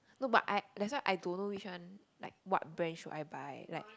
no but I that's why I don't know which one like what brand should I buy like